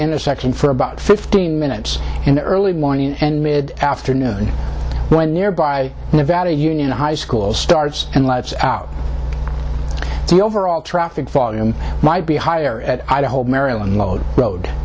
intersection for about fifteen minutes in the early morning and mid afternoon when nearby nevada union high school starts and lets out the overall traffic volume might be higher at idaho maryland lowed road